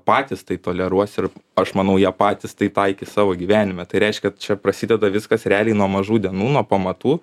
patys tai toleruos ir aš manau jie patys tai taikys savo gyvenime tai reiškia čia prasideda viskas realiai nuo mažų dienų nuo pamatų